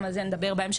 גם על זה נדבר בהמשך,